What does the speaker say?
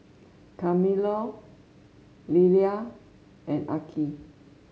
Carmelo Lelia and Arkie